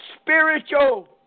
spiritual